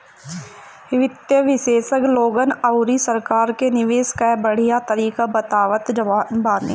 वित्त विशेषज्ञ लोगन अउरी सरकार के निवेश कअ बढ़िया तरीका बतावत बाने